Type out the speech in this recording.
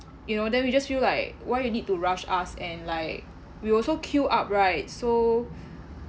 you know then we just feel like why you need to rush us and like we also queue up right so